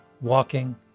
walking